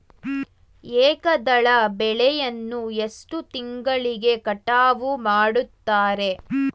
ಏಕದಳ ಬೆಳೆಯನ್ನು ಎಷ್ಟು ತಿಂಗಳಿಗೆ ಕಟಾವು ಮಾಡುತ್ತಾರೆ?